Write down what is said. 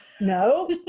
No